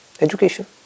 education